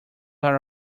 are